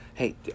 Hey